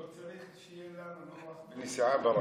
לא צריך שיהיה לנו נוח בנסיעה ברכבת?